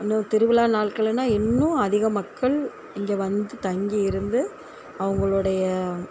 இன்னும் திருவிழா நாட்களுன்னா இன்னும் அதிக மக்கள் இங்கே வந்து தங்கி இருந்து அவங்களோடைய